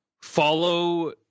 follow